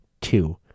two